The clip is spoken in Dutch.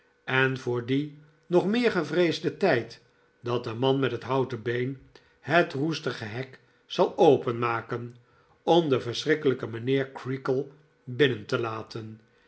en voor dien nog meer gevreesden tijd dat de man met het houten been het roestige hek zal openmaken om den verschrikkelijken mijnheer creakle binnen te laten